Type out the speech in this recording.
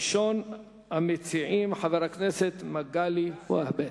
ראשון המציעים, חבר הכנסת מגלי והבה.